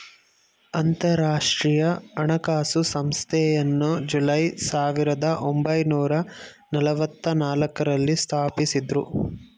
ಅಂತರಾಷ್ಟ್ರೀಯ ಹಣಕಾಸು ಸಂಸ್ಥೆಯನ್ನು ಜುಲೈ ಸಾವಿರದ ಒಂಬೈನೂರ ನಲ್ಲವತ್ತನಾಲ್ಕು ರಲ್ಲಿ ಸ್ಥಾಪಿಸಿದ್ದ್ರು